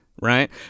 right